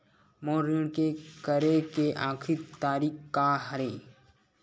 मोर ऋण के करे के आखिरी तारीक का हरे?